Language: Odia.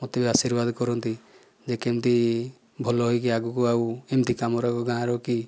ମତେ ବି ଆଶୀର୍ବାଦ କରନ୍ତି ଯେ କେମିତି ଭଲ ହୋଇକି ଆଗକୁ ଆଗକୁ ସେମିତି କାମର ଗାଁର କି